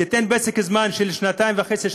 תיתן פסק-זמן של שנתיים וחצי,